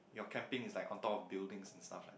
your camping is like on top of building and stuff like that